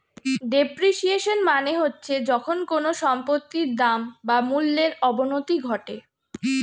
depreciation মানে হচ্ছে যখন কোনো সম্পত্তির দাম বা মূল্যর অবনতি ঘটে